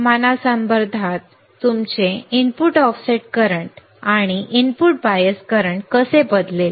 तापमानासंदर्भात तुमचे input offset current आणि input bias current कसे बदलेल